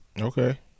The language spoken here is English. okay